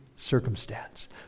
circumstance